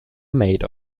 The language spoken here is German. made